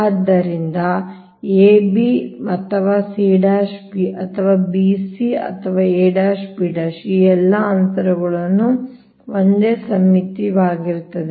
ಆದ್ದರಿಂದ a b ಅಥವಾ c b ಅಥವಾ b c ಅಥವಾ a b ಈ ಎಲ್ಲಾ ಅಂತರಗಳು ಒಂದೇ ಸಮ್ಮಿತೀಯವಾಗಿರುತ್ತವೆ